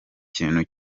kintu